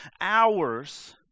hours